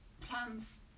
plans